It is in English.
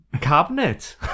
cabinet